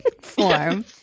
form